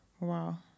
Wow